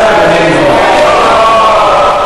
בבקשה, אדוני